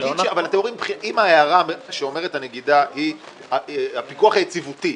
אבל אם ההערה שאומרת הנגידה היא שהפיקוח היציבותי,